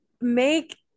make